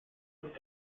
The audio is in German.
und